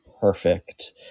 perfect